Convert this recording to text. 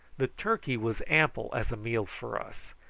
the turkey was ample as a meal for us,